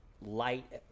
light